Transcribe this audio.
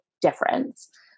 difference